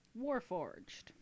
Warforged